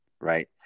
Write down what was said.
right